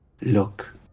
look